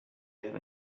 have